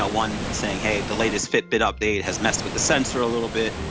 ah one saying, hey, the latest fitbit update has messed with the sensor a little bit,